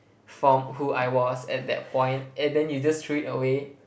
form who I was at that point and then you just threw it away